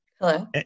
Hello